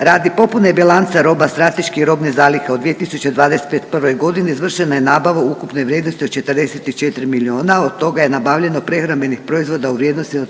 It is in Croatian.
Radi popune bilanca roba strateški robne zalihe u 2021.g. izvršena je nabava u ukupnoj vrijednosti od 44 milijuna od toga je nabavljeno prehrambenih proizvoda u vrijednosti od